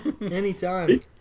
anytime